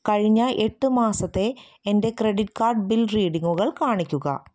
കഴിഞ്ഞ എട്ട് മാസത്തെ എൻ്റെ ക്രെഡിറ്റ് കാർഡ് ബിൽ റീഡിംഗുകൾ കാണിക്കുക